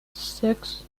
six